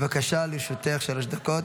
בבקשה, לרשותך שלוש דקות.